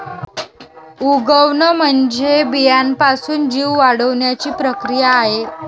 उगवण म्हणजे बियाण्यापासून जीव वाढण्याची प्रक्रिया आहे